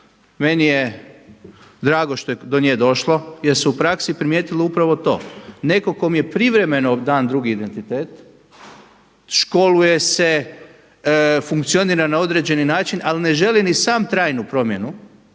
Meni je drago što je do nje došlo jer se u praksi primijetilo upravo to, nekom kom je privremeno dan drugi identitet, školuje se, funkcionira na određeni način ali ne želi ni sam trajnu promjenu,